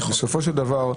בסופו של דבר,